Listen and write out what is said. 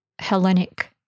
Hellenic